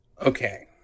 Okay